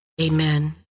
Amen